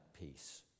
peace